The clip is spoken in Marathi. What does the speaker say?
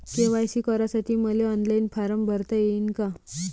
के.वाय.सी करासाठी मले ऑनलाईन फारम भरता येईन का?